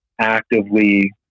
actively